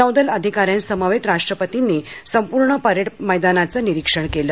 नौदल अधिका यांसमवेत राष्ट्रपतींनी संपूर्ण परेड मैदानाचे निरिक्षण केलं